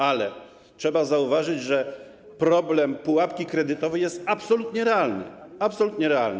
Ale trzeba zauważyć, że problem pułapki kredytowej jest absolutnie realny, absolutnie realny.